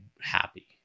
happy